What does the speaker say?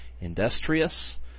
industrious